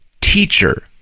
teacher